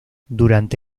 durante